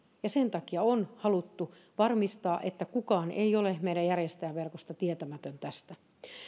sen takia on haluttu varmistaa että kukaan meidän järjestäjäverkosta ei ole tietämätön tästä